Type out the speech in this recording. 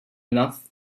enough